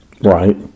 Right